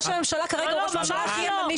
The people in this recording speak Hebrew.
ממש לא.